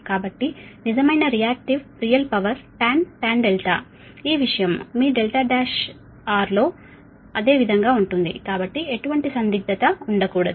కాబట్టి నిజమైన reactive real power tan ఈ విషయం మీ R1 లో అదే విధంగా ఉంటుంది కాబట్టి ఎటువంటి సందిగ్ధత ఉండకూడదు